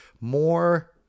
more